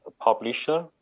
publisher